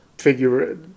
figure